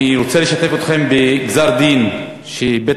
אני רוצה לשתף אתכם בגזר-דין שבית-המשפט